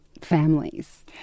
families